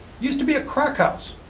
used to be a crack house.